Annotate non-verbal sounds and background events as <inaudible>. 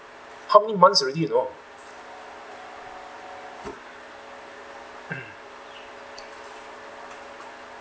how many months already you know <noise>